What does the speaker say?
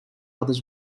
others